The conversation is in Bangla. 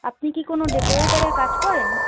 আপনি কি কোনো ডেকরেটরের কাজ করেন